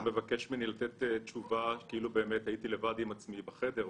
אתה מבקש ממני לתת תשובה כאילו באמת הייתי לבד עם עצמי בחדר.